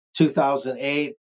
2008